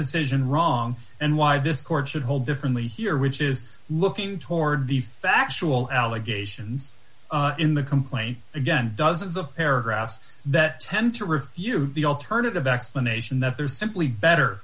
decision wrong and why this court should hold differently here which is looking toward the factual allegations in the complaint and then dozens of paragraphs that tend to refute the alternative explanation that they're simply better